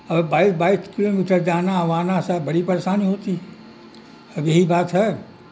اب بائیس بائیس کلو میٹر جانا او آنا سب بڑی پریشانی ہوتی اب یہی بات ہے